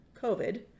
COVID